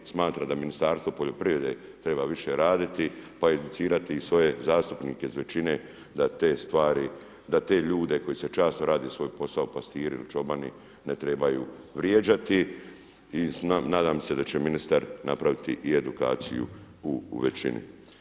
Smatram da Ministarstvo poljoprivrede treba više raditi pa educirati i svoje zastupnike iz većine da te ljude koji časno rade svoj posao, pastiri ili čobani, ne trebaju vrijeđati i nadam se da će ministar napraviti i edukaciju u većini.